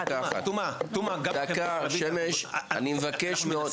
תומא, תומא, אני מבקש מאוד.